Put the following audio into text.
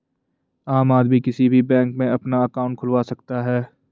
आम आदमी किसी भी बैंक में अपना अंकाउट खुलवा सकता है